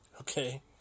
Okay